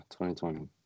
2020